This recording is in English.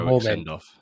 send-off